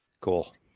Cool